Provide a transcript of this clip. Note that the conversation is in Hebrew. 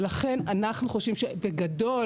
ולכן אנחנו חושבים שבגדול,